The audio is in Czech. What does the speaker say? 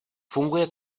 funguje